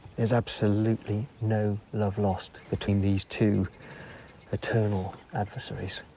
there's absolutely no love lost between these two eternal adversaries.